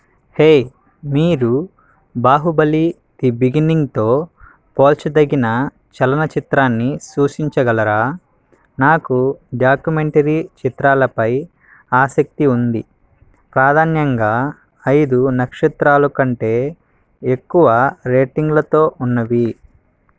హే మీరు బాహుబలి ది బిగినింగ్తో పోల్చదగిన చలనచిత్రాన్ని సూసించగలరా నాకు డాక్యుమెంటరీ చిత్రాలపై ఆసక్తి ఉంది ప్రాధాన్యంగా ఐదు నక్షత్రాలుకంటే ఎక్కువ రేటింగ్లతో ఉన్నవి